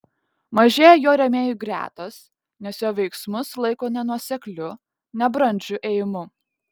mažėja jo rėmėjų gretos nes jo veiksmus laiko nenuosekliu nebrandžiu ėjimu